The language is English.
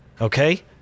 Okay